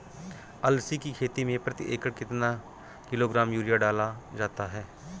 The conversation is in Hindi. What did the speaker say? अलसी की खेती में प्रति एकड़ कितना किलोग्राम यूरिया डाला जाता है?